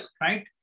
right